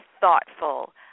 thoughtful